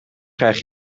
krijg